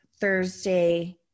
Thursday